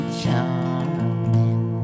charming